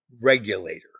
regulator